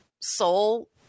soul